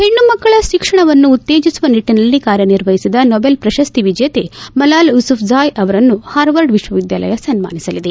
ಹೆಣ್ಣು ಮಕ್ಕಳ ಶಿಕ್ಷಣವನ್ನು ಉತ್ತೇಜಿಸುವ ನಿಟ್ಲನಲ್ಲಿ ಕಾರ್ಯನಿರ್ವಹಿಸಿದ ನೋಬೆಲ್ ಪ್ರಶಸ್ತಿ ವಿಜೇತೆ ಮಲಾಲ ಯೂಸಫಾಜಾಯ್ ಅವರನ್ನು ಹಾರ್ವ್ಡ್ ವಿಶ್ವವಿದ್ನಾಲಯ ಸನ್ನಾನಿಸಲಿದೆ